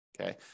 okay